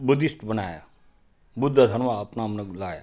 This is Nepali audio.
बुद्धिस्ट बनायो बुद्ध धर्म अप्नाउन लगायो